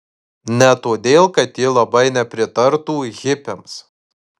ne todėl kad ji labai nepritartų hipiams